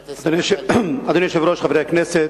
אדוני היושב-ראש, חברי הכנסת,